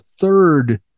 third